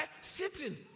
sitting